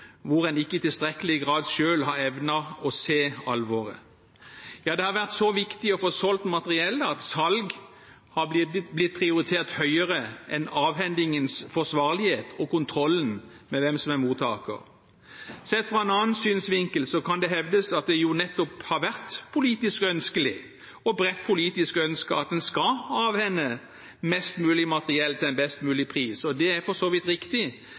hvor en ikke i tilstrekkelig grad selv har evnet å se alvoret. Det har vært så viktig å få solgt materiellet at salg har blitt prioritert høyere enn avhendingens forsvarlighet og kontrollen med hvem som er mottaker. Sett fra en annen synsvinkel kan det hevdes at det jo nettopp har vært politisk ønskelig, og et bredt politisk ønske, at en skal avhende mest mulig materiell til en best mulig pris, og det er for så vidt riktig,